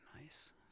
nice